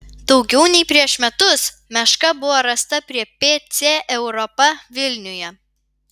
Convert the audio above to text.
daugiau nei prieš metus meška buvo rasta prie pc europa vilniuje